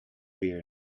beer